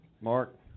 Mark